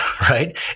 right